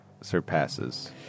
surpasses